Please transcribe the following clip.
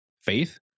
faith